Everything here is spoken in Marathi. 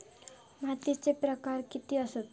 मातीचे प्रकार किती आसत?